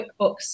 QuickBooks